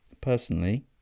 Personally